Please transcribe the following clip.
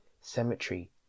cemetery